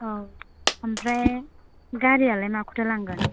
औ ओमफ्राय गारियालाय माखौथो लांगोन